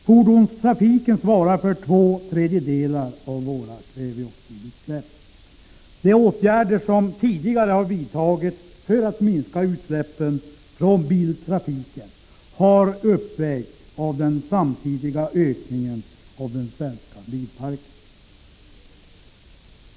Fordonstrafiken svarar för två tredjedelar av våra kväveoxidutsläpp. De åtgärder som tidigare har vidtagits för att minska utsläppen från biltrafiken har uppvägts av den samtidiga ökningen av den svenska bilparken.